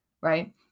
Right